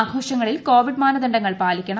ആഘോഷങ്ങളിൽ കോവിഡ് മാനദണ്ഡങ്ങൾ പാലിക്കണം